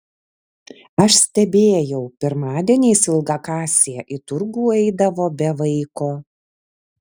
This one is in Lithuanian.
aš stebėjau pirmadieniais ilgakasė į turgų eidavo be vaiko